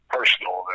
personal